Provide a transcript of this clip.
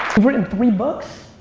you've written three books?